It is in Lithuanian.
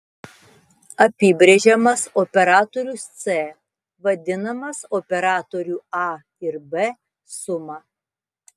apibrėžiamas operatorius c vadinamas operatorių a ir b suma